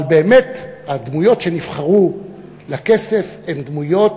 אבל באמת הדמויות שנבחרו לכסף הן דמויות